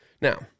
Now